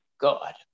God